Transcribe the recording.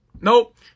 Nope